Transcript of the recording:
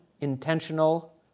intentional